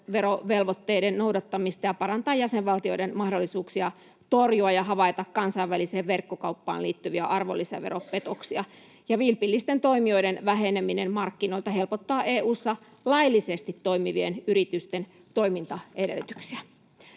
arvonlisäverovelvoitteiden noudattamista ja parantaa jäsenvaltioiden mahdollisuuksia torjua ja havaita kansainväliseen verkkokauppaan liittyviä arvonlisäveropetoksia, ja vilpillisten toimijoiden väheneminen markkinoilta helpottaa EU:ssa laillisesti toimivien yritysten toimintaedellytyksiä.